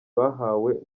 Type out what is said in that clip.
bahawe